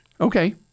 Okay